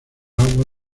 agua